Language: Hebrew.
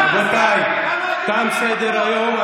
רבותיי, תם סדר-היום.